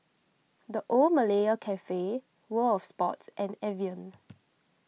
the Old Malaya Cafe World of Sports and Evian